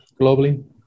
globally